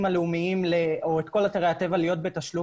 הלאומים או את כל אתרי הטבע להיות בתשלום,